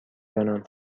دانم